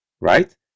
right